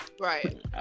right